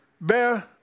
bear